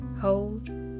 Hold